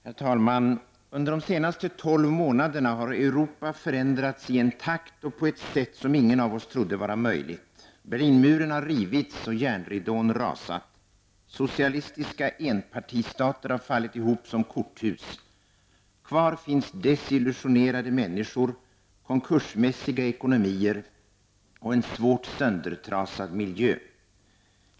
Herr talman! Under de senaste tolv månaderna har Europa förändrats i en takt och på ett sätt som ingen av oss trodde vara möjligt. Berlinmuren har rivits och järnridån rasat. Socialistiska enpartistater har fallit ihop som korthus. Kvar finns desillusionerade människor, konkursmässiga ekonomier och en svårt söndertrasad miljö.